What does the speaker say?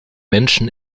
menschen